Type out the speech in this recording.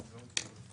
הצבעה אושר.